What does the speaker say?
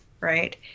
right